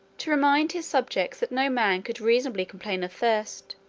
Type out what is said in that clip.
to remind his subjects that no man could reasonably complain of thirst,